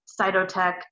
Cytotech